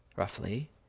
roughly